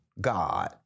God